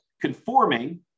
conforming